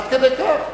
עד כדי כך.